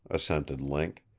assented link.